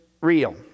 real